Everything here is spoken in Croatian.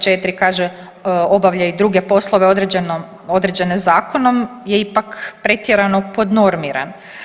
4. kaže obavlja i druge poslove određene zakonom je ipak pretjerano podnormiran.